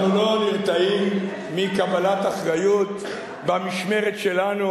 אנחנו לא נרתעים מקבלת אחריות במשמרת שלנו